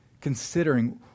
Considering